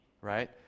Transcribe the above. right